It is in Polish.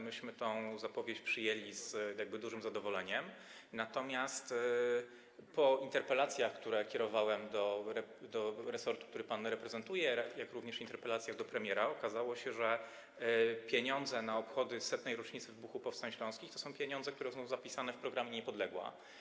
Myśmy tę zapowiedź przyjęli z dużym zadowoleniem, natomiast po interpelacjach, które kierowałem do resortu, który pan reprezentuje, jak również po interpelacjach do premiera okazało się, że pieniądze na obchody 100. rocznicy wybuchu powstań śląskich to są pieniądze, które są zapisane w programie „Niepodległa”